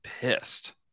pissed